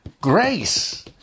grace